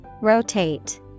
Rotate